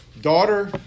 daughter